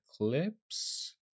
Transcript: eclipse